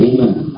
Amen